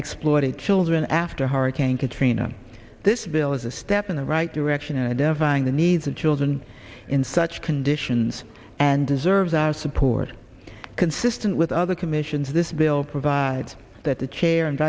exploited children after hurricane katrina this bill is a step in the right direction and dividing the needs of children in such conditions and deserves our support consistent with other commissions this bill provides that the chair and